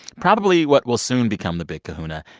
probably what will soon become the big kahuna,